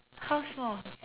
how small